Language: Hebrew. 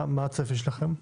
מה הצפי שלכם?